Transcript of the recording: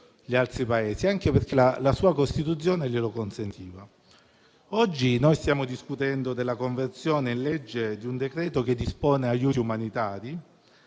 agli altri Paesi, anche perché la sua Costituzione glielo consentiva. Oggi stiamo discutendo della conversione in legge di un decreto che dispone aiuti umanitari,